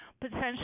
potentially